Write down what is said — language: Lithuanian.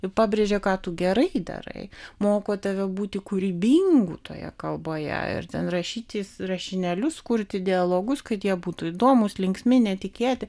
ir pabrėžia ką tu gerai darai moko tave būti kūrybingu toje kalboje ir ten rašyti rašinėlius kurti dialogus kad jie būtų įdomūs linksmi netikėti